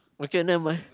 we can nevermind